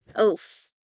Oof